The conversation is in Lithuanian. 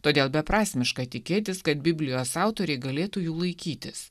todėl beprasmiška tikėtis kad biblijos autoriai galėtų jų laikytis